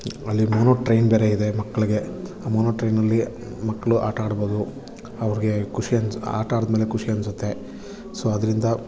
ಅಲ್ಲಿ mono train ಬೇರೆ ಇದೆ ಮಕ್ಳಿಗೆ ಆ ಮೊನೊ ಟ್ರೈನಲ್ಲಿ ಮಕ್ಕಳು ಆಟ ಆಡ್ಬೋದು ಅವರಿಗೆ ಖುಷಿ ಅನ್ಸಿ ಆಟ ಆಡಿದ ಮೇಲೆ ಖುಷಿ ಅನಿಸುತ್ತೆ ಸೊ ಅದರಿಂದ